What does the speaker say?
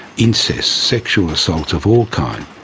incest, sexual assaults of all kinds.